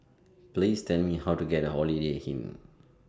Please Tell Me How to get to Holiday Inn